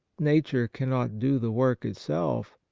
nature cannot do the work itself,